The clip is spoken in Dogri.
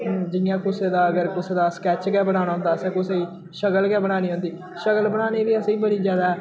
जियां कुसै दा अगर कुसै दा स्केच गै बनाना होंदा असें कुसै दी शक्ल गै बनानी होंदी शक्ल बनाने बी असेंगी बड़ी ज्यादा